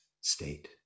state